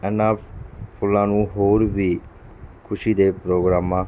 ਇਹਨਾਂ ਫੁੱਲਾਂ ਨੂੰ ਹੋਰ ਵੀ ਖੁਸ਼ੀ ਦੇ ਪ੍ਰੋਗਰਾਮਾਂ